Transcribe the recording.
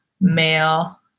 male